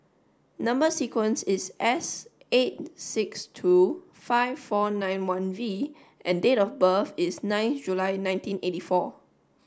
number sequence is S eight six two five four nine one V and date of birth is nine July nineteen eighty four